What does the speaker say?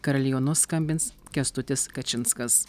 karalionu skambins kęstutis kačinskas